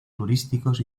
turísticos